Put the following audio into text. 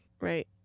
right